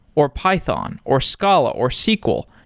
or python, or scala, or sql,